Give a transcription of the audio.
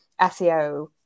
SEO